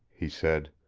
he said.